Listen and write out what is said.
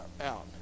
out